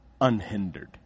unhindered